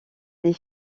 des